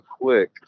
quick